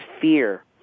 fear